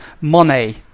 Monet